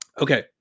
Okay